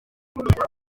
matola